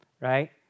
right